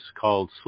called